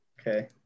Okay